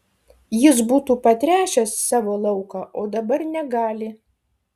jis būtų patręšęs savo lauką o dabar negali